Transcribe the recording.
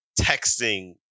texting